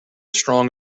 strong